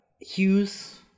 Hughes